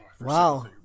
Wow